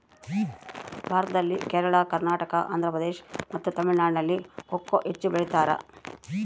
ಭಾರತದಲ್ಲಿ ಕೇರಳ, ಕರ್ನಾಟಕ, ಆಂಧ್ರಪ್ರದೇಶ್ ಮತ್ತು ತಮಿಳುನಾಡಿನಲ್ಲಿ ಕೊಕೊ ಹೆಚ್ಚು ಬೆಳಿತಾರ?